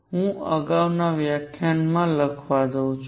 હું અગાઉના વ્યાખ્યાનમાં લખવા દઉં છું